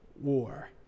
war